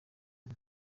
ati